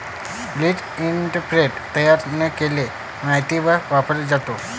land imprinter तयार न केलेल्या मातीवर वापरला जातो